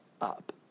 up